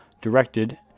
directed